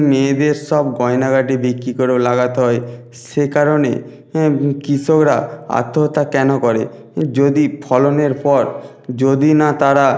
মেয়েদের সব গয়নাগাটি বিক্রি করেও লাগতে হয় সেকারণে কৃষকরা আত্মহত্যা কেন করে যদি ফলনের পর যদি না তারা